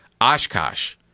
Oshkosh